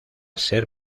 ser